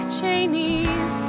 Cheney's